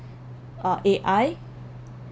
uh A_I